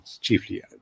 chiefly